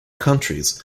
countries